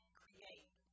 create